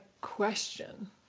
question